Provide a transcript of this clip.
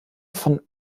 von